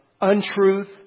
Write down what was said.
untruth